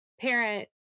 parent